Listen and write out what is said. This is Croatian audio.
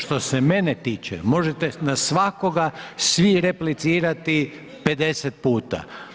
Što se mene tiče možete na svakoga svi replicirati 50 puta.